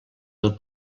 del